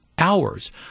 hours